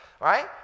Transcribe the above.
right